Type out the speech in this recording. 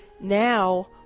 now